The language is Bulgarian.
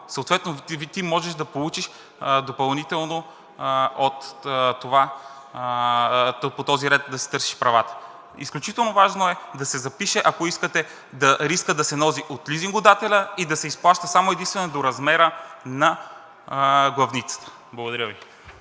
съответно ти можеш да получиш допълнително от това и по този ред да си търсиш правата. Изключително важно е да се запише, ако искате, рискът да се носи от лизингодателя и да се изплаща само и единствено до размера на главницата. Благодаря Ви.